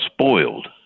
spoiled